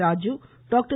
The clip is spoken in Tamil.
ராஜு டாக்டர்